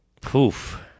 Poof